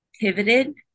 pivoted